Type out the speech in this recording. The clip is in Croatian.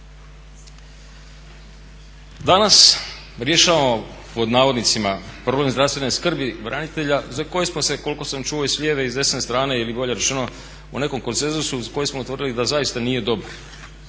Danas rješavamo pod navodnicima problem zdravstvene skrbi branitelja za koje smo se koliko sam čuo i sa lijeve i s desne strane ili bolje rečeno u nekom konsenzusu za koji smo tvrdili da zaista nije dobar.